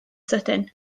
sydyn